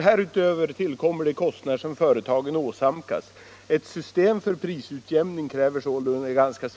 Herr talman!